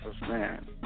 Man